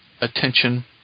attention